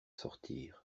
sortir